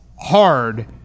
hard